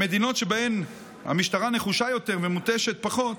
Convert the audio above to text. במדינות שבהן המשטרה נחושה יותר ומותשת פחות,